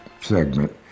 segment